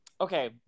Okay